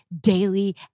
daily